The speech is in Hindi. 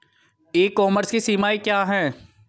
ई कॉमर्स की सीमाएं क्या हैं?